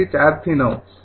તેથી ૪ થી ૯